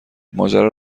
ماجرا